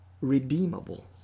redeemable